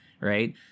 right